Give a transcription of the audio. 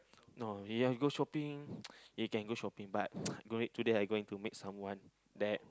no you want go shopping you can go shopping but going today I going to meet someone that